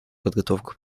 подготовку